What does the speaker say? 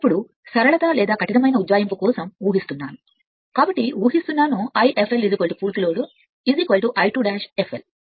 ఇప్పుడు సరళత లేదా కఠినమైన ఉజ్జాయింపు కోసం ఊహిస్తున్నాను కాబట్టి ఊహిస్తున్నాను I fl పూర్తి లోడ్ I2 fl మా ఊహకోసం